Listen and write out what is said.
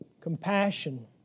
compassion